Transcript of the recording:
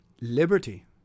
liberty